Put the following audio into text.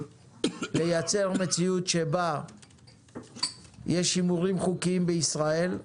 לייצר מציאות שבה יש הימורים חוקיים בישראל,